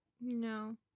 No